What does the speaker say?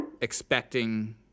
expecting